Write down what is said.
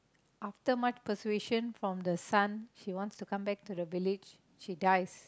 after much persuasion from the son she wants to come back to the village she dies